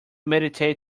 meditate